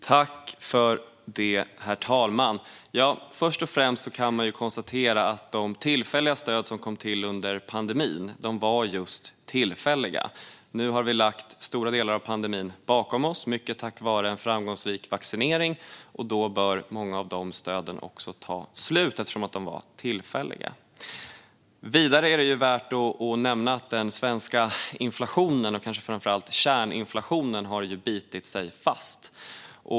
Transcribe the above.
Herr talman! Först och främst kan man konstatera att de tillfälliga stöd som kom till under pandemin var just tillfälliga. Nu har vi lagt stora delar av pandemin bakom oss, mycket tack vare en framgångsrik vaccinering. Då bör många av dessa stöd ta slut, eftersom de var tillfälliga. Vidare är det värt att nämna att den svenska inflationen, och kanske framför allt kärninflationen, har bitit sig fast.